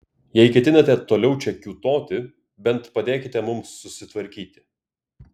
jei ketinate toliau čia kiūtoti bent padėkite mums susitvarkyti